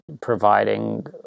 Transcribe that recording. providing